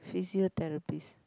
physiotherapist